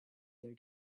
their